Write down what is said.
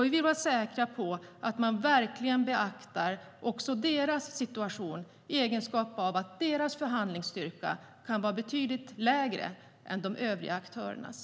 Vi vill vara säkra på att man verkligen beaktar också deras situation utifrån att deras förhandlingsstyrka kan vara betydligt lägre än de övriga aktörernas.